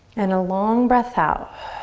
and a long breath out.